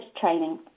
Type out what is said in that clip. training